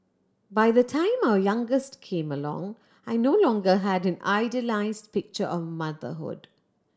by the time our youngest came along I no longer had an idealise picture of motherhood